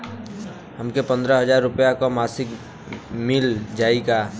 हमके पन्द्रह हजार रूपया क मासिक मिल जाई का?